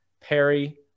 Perry